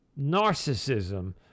narcissism